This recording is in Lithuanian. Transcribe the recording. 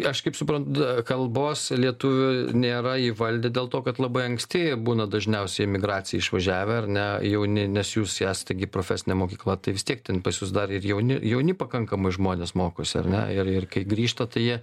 aš kaip supran kalbos lietuvių nėra įvaldę dėl to kad labai anksti būna dažniausiai į emigraciją išvažiavę ar ne jauni nes jūs esate gi profesinė mokykla tai vis tiek ten pas jus dar ir jauni jauni pakankamai žmonės mokosi ar ne ir ir kai grįžta tai jie